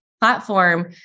platform